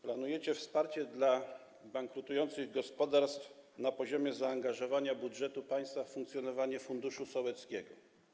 Planujecie wsparcie dla bankrutujących gospodarstw na poziomie zaangażowania budżetu państwa w funkcjonowanie funduszu sołeckiego.